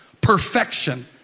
Perfection